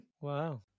Wow